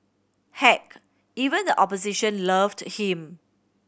heck even the opposition loved him